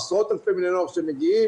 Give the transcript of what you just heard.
עשרות אלפי בני נוער שמגיעים.